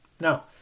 Now